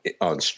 on